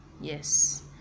Yes